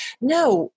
no